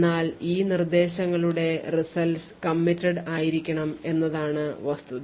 എന്നാൽ ഈ നിർദ്ദേശങ്ങളുടെ results committed ആയിരിക്കണം എന്നതാണ് വസ്തുത